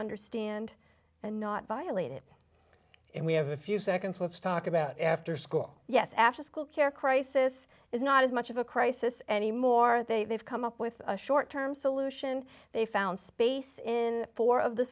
understand and not violate it and we have a few seconds let's talk about after school yes after school care crisis is now not as much of a crisis anymore they've come up with a short term solution they found space in four of the